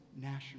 national